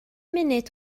munud